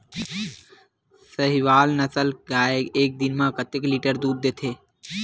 साहीवल नस्ल गाय एक दिन म कतेक लीटर दूध देथे?